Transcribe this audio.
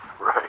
right